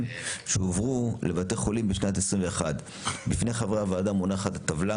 שהועברו לבתי החולים בשנת 2021. בפני חברי הוועדה מונחת טבלה